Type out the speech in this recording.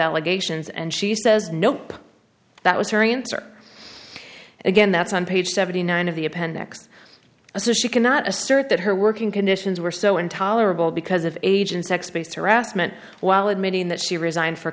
allegations and she says nope that was her answer again that's on page seventy nine of the appendix a says she cannot assert that her working conditions were so intolerable because of age and sex based harassment while admitting that she resigned for